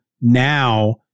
now